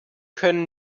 können